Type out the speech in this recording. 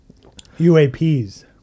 UAPs